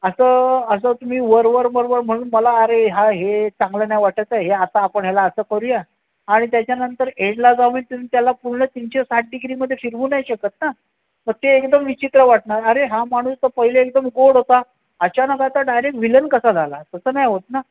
असं असं तुम्ही वरवर वरवर म्हणून मला अरे हा हे चांगलं नाही वाटतं आहे हे आता आपण ह्याला असं करूया आणि त्याच्यानंतर एंडला जो आम्ही तो त्याला पूर्ण तीनशे साठ डिग्रीमध्ये फिरवू नाही शकत ना मग ते एकदम विचित्र वाटणार अरे हा माणूस तर पहिले एकदम गोड होता अचानक आता डायरेक्ट विलन कसा झाला तसं नाही होतं ना